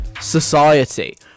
society